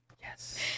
yes